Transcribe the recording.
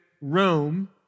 Rome